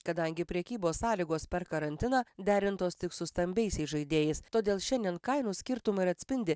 kadangi prekybos sąlygos per karantiną derintos tik su stambiaisiais žaidėjais todėl šiandien kainų skirtumai ir atspindi